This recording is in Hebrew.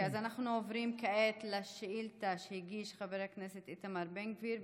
אז אנחנו עוברים כעת לשאילתה שהגיש איתמר בן גביר,